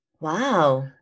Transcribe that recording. Wow